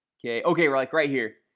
okay, okay. we're like right here.